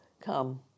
come